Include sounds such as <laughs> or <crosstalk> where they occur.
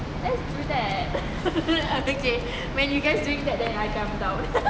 let's do that <laughs> okay when you guy doing that then I come <laughs>